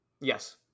Yes